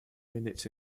minutes